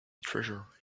treasure